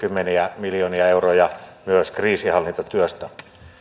kymmeniä miljoonia euroja kriisinhallintatyöstä